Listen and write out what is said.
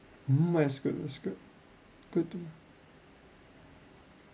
mm that's good that's good good to me